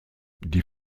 die